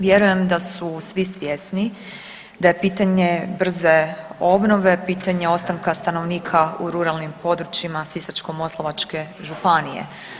Vjerujem da su svi svjesni da je pitanje brze obnove pitanje ostanka stanovnika u ruralnim područjima Sisačko-moslavačke županije.